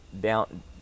down